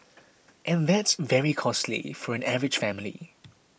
and that's very costly for an average family